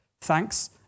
Thanks